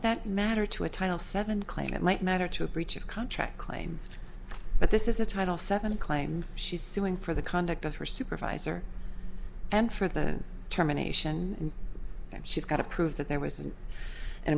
that matter to a title seven claiming it might matter to a breach of contract claim but this is a title seven claim she's suing for the conduct of her supervisor and for that terminations she's got to prove that there was an